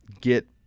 get